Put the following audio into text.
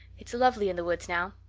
it's lovely in the woods now.